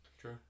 true